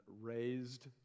raised